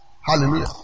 Hallelujah